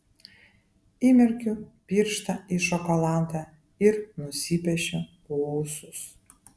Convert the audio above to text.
įmerkiu pirštą į šokoladą ir nusipiešiu ūsus